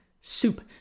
soup